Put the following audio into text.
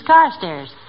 Carstairs